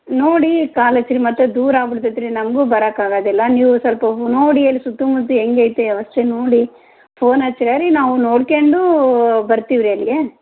ನೋಡಿ ಕಾಲ್ ಹಚ್ಚಿರಿ ಮತ್ತು ದೂರ ಆಗ್ಬಿಡ್ತೈತ್ರಿ ನಮಗೂ ಬರಕ್ಕೆ ಆಗದಿಲ್ಲ ನೀವು ಸ್ವಲ್ಪ ನೋಡಿ ಅಲ್ಲಿ ಸುತ್ತ ಮುತ್ತ ಹೆಂಗೆ ಐತೆ ವ್ಯವಸ್ಥೆ ನೋಡಿ ಫೋನ್ ಹಚ್ಚಿ ರೀ ನಾವು ನೋಡ್ಕ್ಯಂಡು ಬರ್ತೀವಿ ರೀ ಅಲ್ಲಿಗೆ